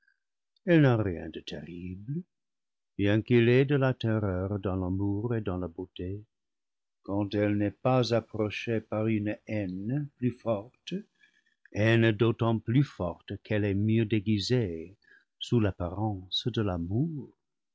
rien de terrible bien qu'il y ait de la ter reur dans l'amour et dans la beauté quand elle n'est pas ap prochée par une haine plus forte haine d'autant plus forte qu'elle est mieux déguisée sous l'apparence de l'amour